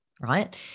right